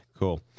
Cool